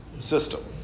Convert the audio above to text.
system